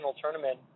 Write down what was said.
tournament